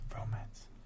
Romance